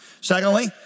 Secondly